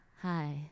hi